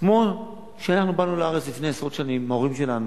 כמו שאנחנו באנו לארץ לפני עשרות שנים עם ההורים שלנו,